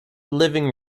living